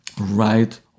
right